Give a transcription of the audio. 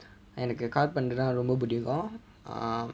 எனக்கு காற்பந்துன்னா ரொம்ப பிடிக்கும்:enakku karpanthunna romba pidikkum